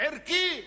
ערכי,